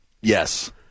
Yes